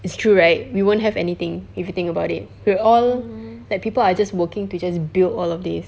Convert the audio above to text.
it's true right we won't have anything if you think about it we're all that people are just working to just build all of this